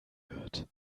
wird